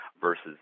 versus